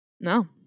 No